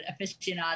aficionado